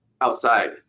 outside